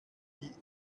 die